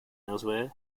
elsewhere